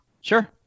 sure